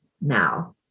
now